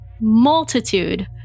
multitude